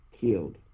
Killed